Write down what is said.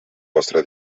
vostre